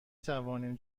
توانیم